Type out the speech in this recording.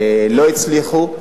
לא הצליחו,